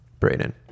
brayden